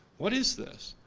what is this?